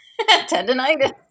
Tendonitis